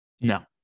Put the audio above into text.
No